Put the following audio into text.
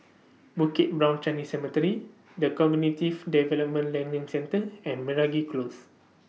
Bukit Brown Chinese Cemetery The Cognitive Development Learning Centre and Meragi Close